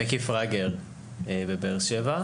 במקיף רגר בבאר שבע.